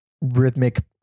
rhythmic